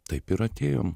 taip ir atėjom